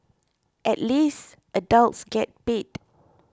at least adults get paid